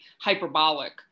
hyperbolic